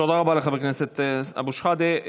תודה רבה לחבר הכנסת אבו שחאדה.